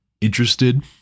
interested